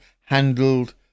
handled